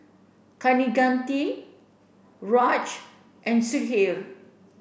Kaneganti Raj and Sudhir